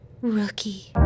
Rookie